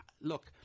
Look